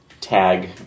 tag